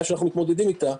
בעיה שאנחנו מתמודדים איתה,